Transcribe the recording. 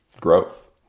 growth